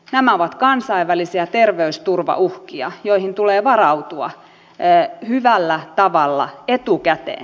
nämä ovat kansainvälisiä terveysturvauhkia joihin tulee varautua hyvällä tavalla etukäteen